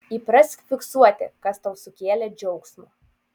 įprask fiksuoti kas tau sukėlė džiaugsmo